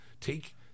take